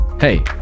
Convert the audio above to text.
Hey